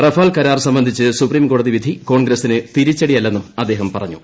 Rafale കരാർ സംബന്ധിച്ച് സുപ്രീംകോടതി വിധി കോൺഗ്രസിന് തിരിച്ചടിയല്ലെന്നും അദ്ദേഹം പറഞ്ഞു